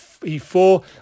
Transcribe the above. E4